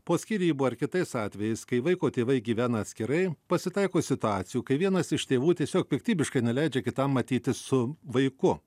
po skyrybų ar kitais atvejais kai vaiko tėvai gyvena atskirai pasitaiko situacijų kai vienas iš tėvų tiesiog piktybiškai neleidžia kitam matytis su vaiku